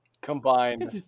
combined